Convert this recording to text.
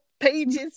pages